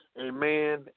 amen